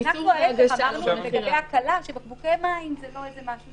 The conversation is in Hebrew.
להיפך, חשבנו לגבי הקלה, שבקבוקי מים זה לא משהו